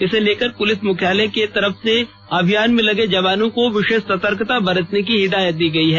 इसे लेकर पुलिस मुख्यालय के तरफ से अभियान में लगे जवानों को विशेष सतर्कता बरतने की हिदायत दी गई है